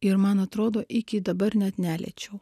ir man atrodo iki dabar net neliečiau